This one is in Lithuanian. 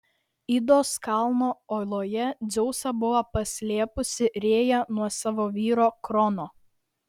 idos kalno oloje dzeusą buvo paslėpusi rėja nuo savo vyro krono